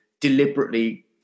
deliberately